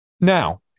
Now